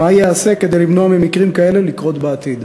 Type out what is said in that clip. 2. מה ייעשה כדי למנוע מקרים כאלו בעתיד?